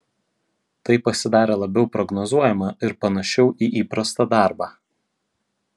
tai pasidarė labiau prognozuojama ir panašiau į įprastą darbą